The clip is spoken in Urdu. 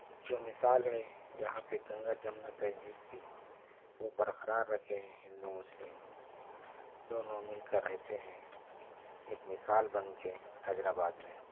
جو مثال ہے یہاں پہ گنگا جمنا تہذیب کی وہ برقرار رکھیں ہندو مسلم دونوں مل کر رہتے ہیں ایک مثال بن کے حیدر آباد میں